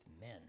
men